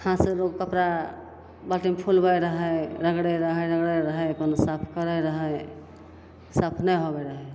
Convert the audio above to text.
हाथसे लोक कपड़ा बालटीमे फुलबै रहै रगड़ै रहै रगड़ै रहै अपन साफ करै रहै साफ नहि होबै रहै